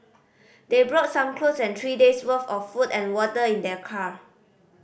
they brought some clothes and three days' worth of food and water in their car